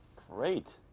great!